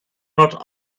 not